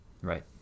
right